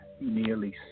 nearly